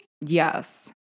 Yes